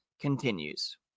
continues